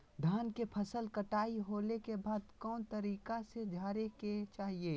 धान के फसल कटाई होला के बाद कौन तरीका से झारे के चाहि?